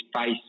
face